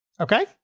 Okay